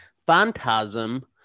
Phantasm